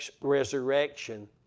resurrection